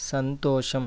సంతోషం